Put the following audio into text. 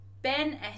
Ben